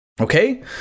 Okay